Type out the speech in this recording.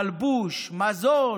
מלבוש, מזון,